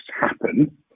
happen